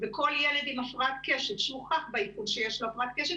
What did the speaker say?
וכל ילד עם הפרעת קשב שהוכח באבחון שיש לו הפרעת קשב,